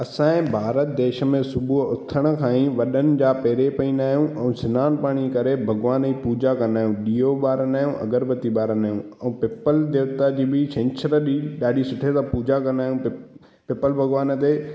असांजे भारत देश में सुबुह उथण खां ई वॾनि जा पेरे पवंदा आहियूं ऐं सनानु पाणी करे भॻवान जी पूॼा कंदा आहियूं ॾीओ ॿारींदा आहियूं अगरबत्ती ॿारींदा आहियूं ऐं पीपल देवता जी बि छंछरु ॾींहुं ॾाढी सुठे सां पूॼा कंदा आहियूं पीपल भॻवान ते